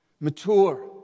Mature